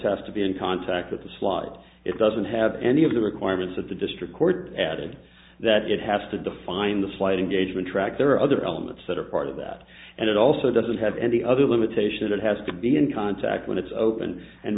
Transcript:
has to be in contact with the slot it doesn't have any of the requirements of the district court added that it has to define the flight engagement track there are other elements that are part of that and it also doesn't have any other limitation it has to be in contact when it's open and